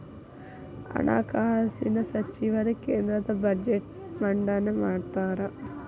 ಹಣಕಾಸಿನ ಸಚಿವರು ಕೇಂದ್ರದ ಬಜೆಟ್ನ್ ಮಂಡನೆ ಮಾಡ್ತಾರಾ